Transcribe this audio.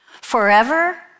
forever